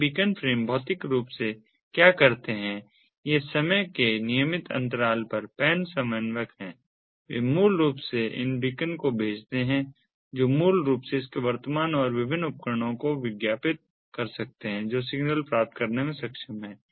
यह beacon frame भौतिक रूप से वे क्या करते हैं यह समय के नियमित अंतराल पर PAN समन्वयक है वे मूल रूप से इन बीकन को भेजते हैं जो मूल रूप से इसके वर्तमान और विभिन्न उपकरणों को विज्ञापित कर सकते हैं जो सिग्नल प्राप्त करने में सक्षम हैं